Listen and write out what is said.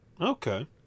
Okay